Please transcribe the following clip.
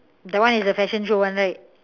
that one is a fashion show one right